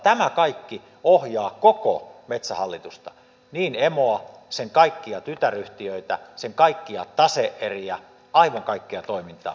tämä kaikki ohjaa koko metsähallitusta niin emoa sen kaikkia tytäryhtiöitä sen kaikkia tase eriä kuin aivan kaikkea toimintaa